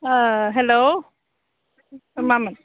hello मामोन